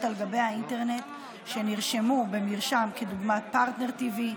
באינטרנט שנרשמו במרשם כדוגמה פרטנר TV,